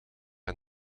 aan